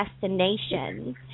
Destinations